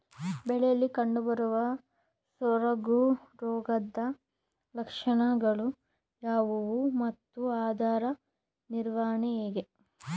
ಬೆಳೆಯಲ್ಲಿ ಕಂಡುಬರುವ ಸೊರಗು ರೋಗದ ಲಕ್ಷಣಗಳು ಯಾವುವು ಮತ್ತು ಅದರ ನಿವಾರಣೆ ಹೇಗೆ?